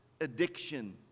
addiction